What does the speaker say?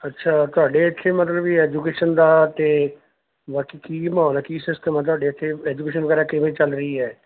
ਅੱਛਾ ਤੁਹਾਡੇ ਇੱਥੇ ਮਤਲਬ ਵੀ ਐਜੂਕੇਸ਼ਨ ਦਾ ਅਤੇ ਬਾਕੀ ਕੀ ਮਾਹੌਲ ਹੈ ਕੀ ਸਿਸਟਮ ਹੈ ਤੁਹਾਡੇ ਇੱਥੇ ਐਜੂਕੇਸ਼ਨ ਵਗੈਰਾ ਕਿਵੇਂ ਚੱਲ ਰਹੀ ਹੈ